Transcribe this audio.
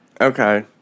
Okay